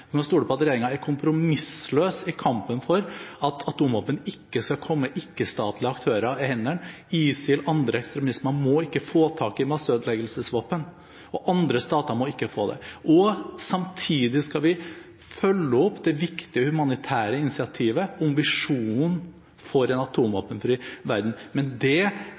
stole på at regjeringen er kompromissløs i kampen for at atomvåpen ikke skal komme ikke-statlige aktører i hende. ISIL eller andre ekstremister må ikke få tak i masseødeleggelsesvåpen, og andre stater må ikke få det. Samtidig skal vi følge opp det viktige humanitære initiativet om visjonen for en atomvåpenfri verden. Men det